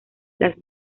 las